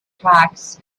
tracts